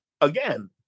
again